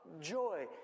joy